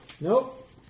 Nope